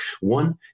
One